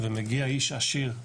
ומגיע איש עשיר.